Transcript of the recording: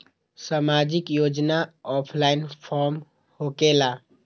समाजिक योजना offline form होकेला?